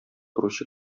торучы